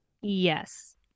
Yes